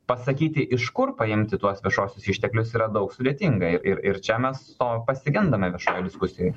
pasakyti iš kur paimti tuos viešuosius išteklius yra daug sudėtinga ir ir čia mes to pasigendame viešojoj diskusijoj